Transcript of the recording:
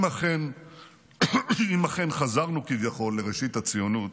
אם אכן חזרנו כביכול לראשית הציונות,